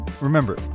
remember